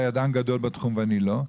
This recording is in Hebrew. אתה ידען גדול בתחום ואני לא,